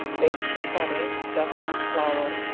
baste with butter, dust on flour,